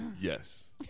Yes